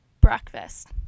breakfast